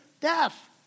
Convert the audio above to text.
death